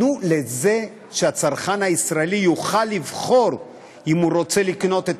תנו שהצרכן הישראלי יוכל לבחור אם הוא רוצה לקנות את